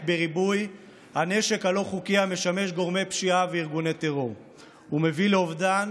בריבוי הנשק הלא-חוקי המשמש גורמי פשיעה וארגוני טרור ומביא לאובדן